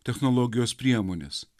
technologijos priemones